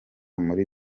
muri